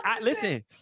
listen